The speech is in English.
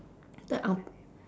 the ang